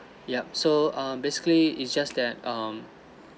yup so um basically it's just that um